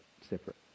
separate